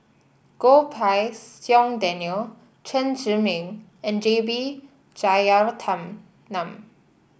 Goh Pei Siong Daniel Chen Zhiming and J B nun